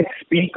speak